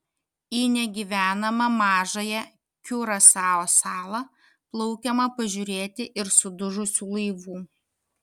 į negyvenamą mažąją kiurasao salą plaukiama pažiūrėti ir sudužusių laivų